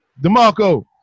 DeMarco